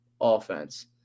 offense